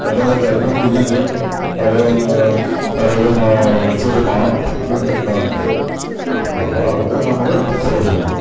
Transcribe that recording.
പെട്ടെന്ന് കരിമ്പൻ പിടിക്കേം ചെയ്യും അതില് മാ ഒരു വടച്ചൊരു മണം ഇണ്ടാവും ചെയ്യും അപ്പ അത് നമ്മള് സൂക്ഷിക്കണം